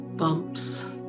bumps